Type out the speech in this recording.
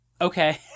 okay